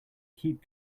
keep